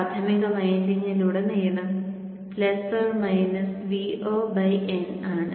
പ്രാഥമിക വൈൻഡിംഗിലുടനീളം Vo n ആണ്